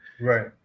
Right